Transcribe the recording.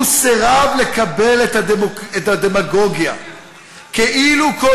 הוא סירב לקבל את הדמגוגיה כאילו כל